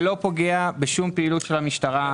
זה לא פוגע בשום פעילות של המשטרה.